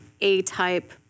A-type